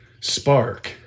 spark